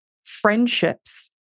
friendships